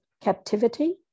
captivity